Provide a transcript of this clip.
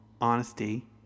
honesty